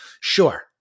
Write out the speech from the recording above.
sure